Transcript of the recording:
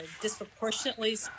disproportionately